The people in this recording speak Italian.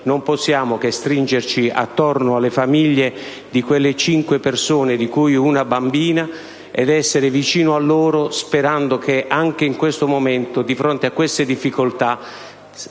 Non possiamo che stringerci attorno alle famiglie di quelle cinque persone, di cui una bambina, ed essere vicino a loro, sperando che in questo momento, di fronte alla tragedia,